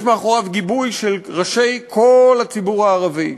יש לו גיבוי של ראשי כל הציבור הערבי,